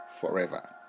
forever